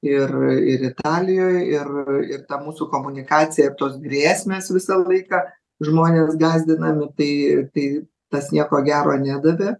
ir ir italijoj ir ir ta mūsų komunikacija tos grėsmės visą laiką žmonės gąsdinami tai tai tas nieko gero nedavė